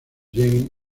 lleguen